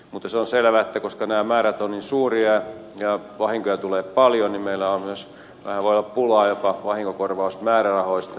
mutta se on selvää että koska nämä määrät ovat niin suuria ja vahinkoja tulee paljon niin meillä vähän voi olla pulaa vahingonkorvausmäärärahoista